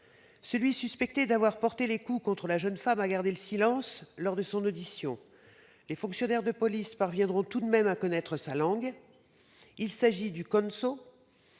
était suspecté d'avoir porté les coups contre la jeune femme a gardé le silence lors de son audition. Les fonctionnaires de police parviendront tout de même à connaître sa langue : il s'agit du konso,